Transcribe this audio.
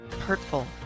hurtful